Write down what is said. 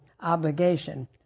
obligation